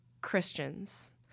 Christians